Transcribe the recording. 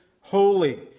holy